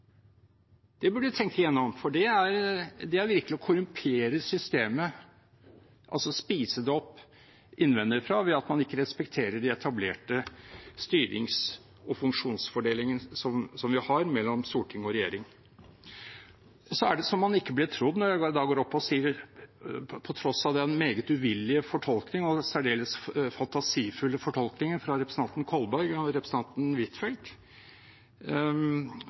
Det bør de tenke igjennom, for det er virkelig å korrumpere systemet, altså spise det opp innenfra, ved at man ikke respekterer den etablerte styrings- og funksjonsfordelingen vi har mellom storting og regjering. Det er som om jeg ikke blir trodd når jeg, på tross av den meget uvillige og særdeles fantasifulle fortolkningen fra representantene Kolberg og Huitfeldt – de var også senere i stand til å lokke med seg representanten